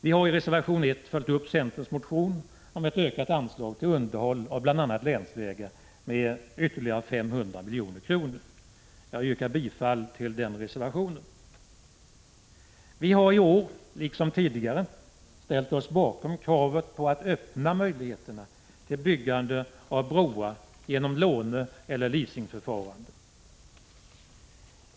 Vi har i reservation 1 följt upp centerns motion om ett ökat anslag till underhåll av bl.a. länsvägarna med ytterligare 500 milj.kr. Jag yrkar bifall till den reservationen. Vi har i år liksom tidigare ställt oss bakom kravet på att öppna möjligheter att bygga broar genom låneeller leasingförfarande.